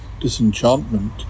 disenchantment